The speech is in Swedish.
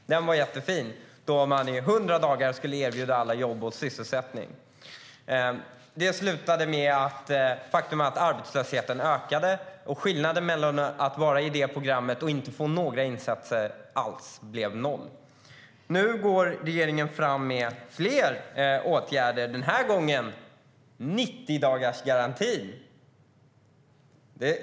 Den var jättefin. På 100 dagar skulle man erbjuda alla jobb och sysselsättning. Det slutade med att arbetslösheten ökade och att skillnaden mellan att vara med i det programmet och att inte få några insatser alls blev noll. Nu går regeringen fram med fler åtgärder. Den här gången är det en 90-dagarsgaranti.